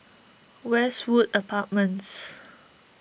Westwood Apartments